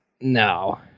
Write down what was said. No